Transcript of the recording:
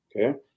okay